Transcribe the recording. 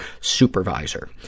supervisor